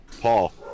Paul